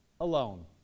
alone